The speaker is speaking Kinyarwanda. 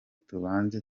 tubanze